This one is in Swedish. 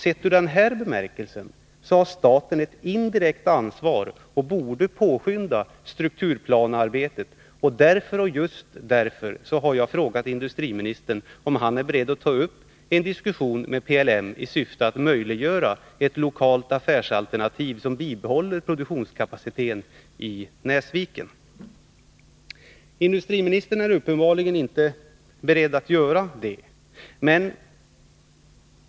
Sett från den synpunkten har staten ett indirekt ansvar och borde därför påskynda strukturplanearbetet. Just därför har jag frågat industriministern om han är beredd att ta upp en diskussion med PLM i syfte att möjliggöra ett lokalt affärsalternativ som bibehåller produktionskapaciteten i Näsviken. Industriministern är uppenbarligen inte beredd att göra det.